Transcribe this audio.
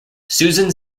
susan